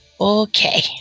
Okay